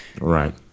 Right